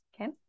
Okay